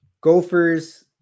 Gophers